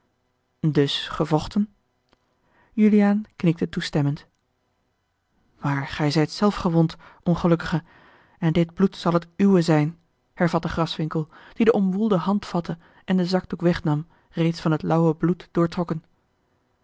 dus gevochten juliaan knikte toestemmend maar gij zijt zelf gewond ongelukkige en dit bloed zal het uwe zijn hervatte graswinckel die de omwoelde hand vatte en den zakdoek wegnam reeds van het lauwe bloed doortrokken